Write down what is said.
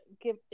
give